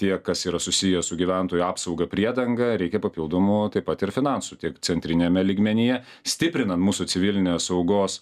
tiek kas yra susiję su gyventojų apsauga priedanga reikia papildomų taip pat ir finansų tiek centriniame lygmenyje stiprinant mūsų civilinės saugos